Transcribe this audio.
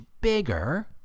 bigger